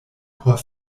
por